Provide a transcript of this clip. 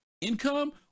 income